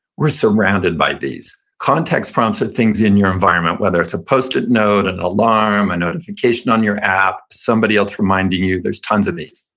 we're surrounded by these. context prompts are things in your environment, whether it's a post-it note, an alarm, a notification on your app, somebody else reminding you. there's tons of these